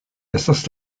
estas